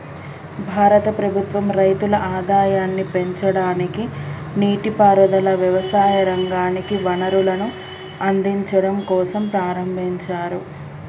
భారత ప్రభుత్వం రైతుల ఆదాయాన్ని పెంచడానికి, నీటి పారుదల, వ్యవసాయ రంగానికి వనరులను అందిచడం కోసంప్రారంబించారు